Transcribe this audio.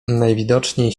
najwidoczniej